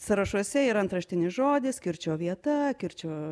sąrašuose yra antraštinis žodis kirčio vieta kirčio